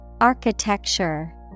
Architecture